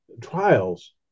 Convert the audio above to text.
trials